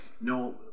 no